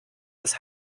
das